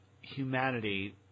humanity